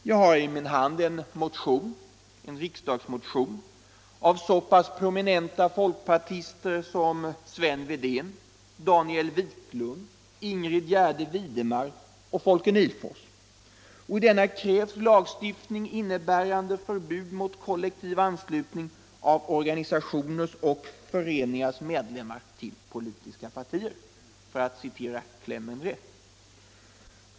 Jag har i min hand en riksdagsmotion av så pass prominenta folkpartister som Sven Wedén, Daniel Wiklund, Ingrid Gärde Widemar och Folke Nihlfors. I denna krävs lagstiftning innebärande förbud mot kollektiv anslutning av organisationers och föreningars medlemmar till politiska partier — för att citera klämmen.